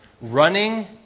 Running